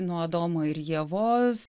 nuo adomo ir ievos